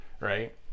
right